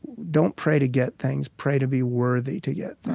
don't pray to get things, pray to be worthy to get